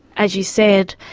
as you said,